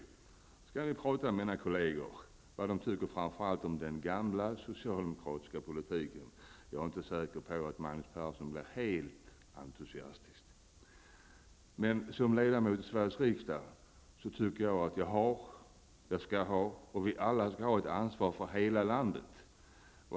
Då kan vi prata med mina kolleger om vad de tycker om framför allt den gamla socialdemokratiska politiken. Jag är inte säker på att Magnus Persson blir helt entusiastisk. Som ledamot av Sveriges riksdag tycker jag att jag har, skall ha och vi alla skall ha ett ansvar för hela landet.